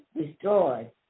destroyed